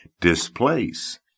Displace